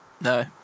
no